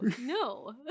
no